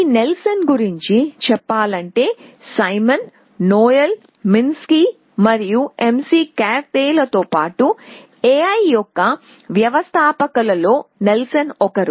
ఈ నెల్సన్ గురించి చెప్పాలంటే సైమన్ నోయెల్ మిన్స్కీ మరియు మెక్కార్తీలతో పాటు AI యొక్క వ్యవస్థాపకు లలో నెల్సన్ ఒకరు